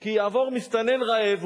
כי יעבור מסתנן רעב.